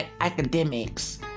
academics